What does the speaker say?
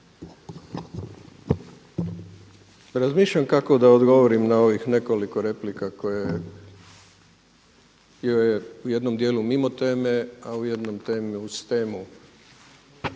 Razmišljam kako da odgovorim na ovih nekoliko replika koje je u jednom dijelu mimo teme, a u jednom uz temu